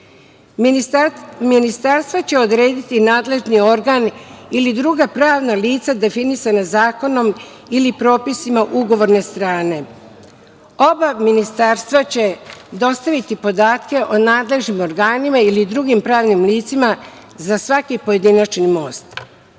Ministarstva će odrediti nadležni organ ili druga pravna lica definisana zakonom ili propisima ugovorne strane. Oba ministarstva će dostaviti podatke o nadležnim organima ili drugim pravnim licima za svaki pojedinačni most.